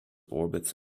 orbits